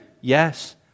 Yes